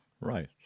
Right